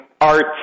Arts